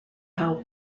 how